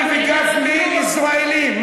אני וגפני ישראלים.